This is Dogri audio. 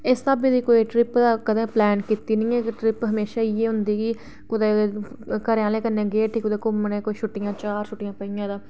इस स्हाबै दी कोई ट्रिप दा कदें प्लैन कीती नी ऐ कि ट्रिप ता हमेशा इयै हुंदी कि कुतै घरे आह्लें कन्नै गै कुतै घुम्मने कोई छुट्टियां चार छुट्टियां पेइयां ता